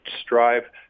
strive